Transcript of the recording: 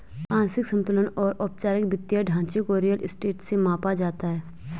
आंशिक संतुलन और औपचारिक वित्तीय ढांचे को रियल स्टेट से मापा जाता है